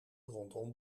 rondom